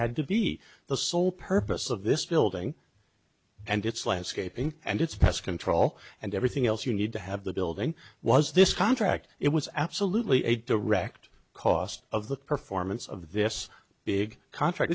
d to be the sole purpose of this building and it's landscaping and it's pest control and everything else you need to have the building was this contract it was absolutely a direct cost of the performance of this big contract